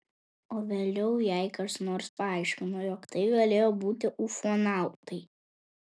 o vėliau jai kas nors paaiškino jog tai galėjo būti ufonautai